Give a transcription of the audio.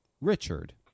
Richard